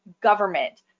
government